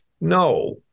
no